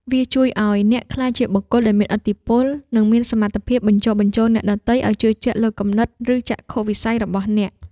វាជួយឱ្យអ្នកក្លាយជាបុគ្គលដែលមានឥទ្ធិពល និងមានសមត្ថភាពបញ្ចុះបញ្ចូលអ្នកដទៃឱ្យជឿជាក់លើគំនិត ឬចក្ខុវិស័យរបស់អ្នក។